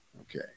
Okay